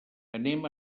anem